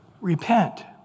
repent